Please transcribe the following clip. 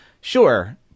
Sure